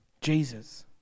jesus